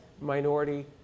minority